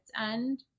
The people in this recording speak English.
end